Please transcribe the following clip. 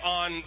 on